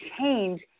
change